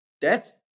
death